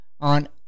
on